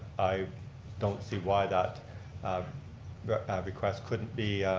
i don't see why that um that request couldn't be